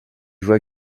joue